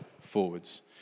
forwards